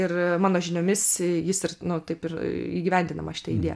ir mano žiniomis jis ir nu taip ir įgyvendinama šita idėja